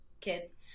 kids